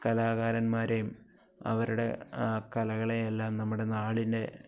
കലാകാരമാരേയും അവരുടെ കലകളെ എല്ലാം നമ്മുടെ നാടിനെ